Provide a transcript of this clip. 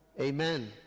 Amen